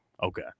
Okay